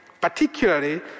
particularly